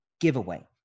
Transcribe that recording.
giveaway